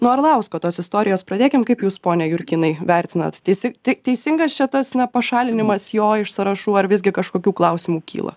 nuo arlausko tos istorijos pradėkim kaip jūs pone jurkynai vertinat teisi tei teisingas čia tas na pašalinimas jo iš sąrašų ar visgi kažkokių klausimų kyla